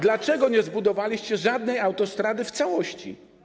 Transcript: Tylko dlaczego nie zbudowaliście żadnej autostrady w całości?